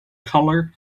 color